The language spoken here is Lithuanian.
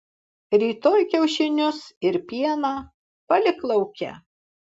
rytoj kiaušinius ir pieną palik lauke